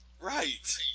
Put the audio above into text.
Right